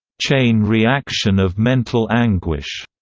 chain reaction of mental anguish,